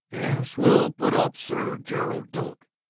yes, we'll put up sir gerald doak.